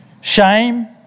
shame